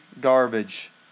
garbage